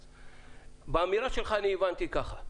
מהאמירה שלך הבנתי ככה: